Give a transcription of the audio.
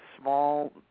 small –